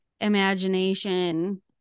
imagination